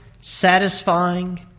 satisfying